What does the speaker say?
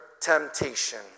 temptation